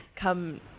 come